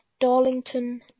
Darlington